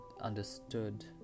understood